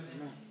Amen